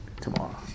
tomorrow